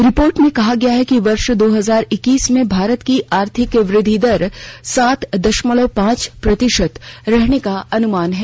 report में कहा गया है कि वर्ष दो हजार इक्कीस में भारत की आर्थिक वृद्धि दर सात दशमलव पांच प्रतिशत रहने का अनुमान है